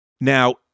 Now